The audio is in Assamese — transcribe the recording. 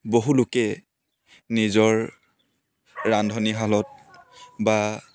বহু লোকে নিজৰ ৰান্ধনীশালত বা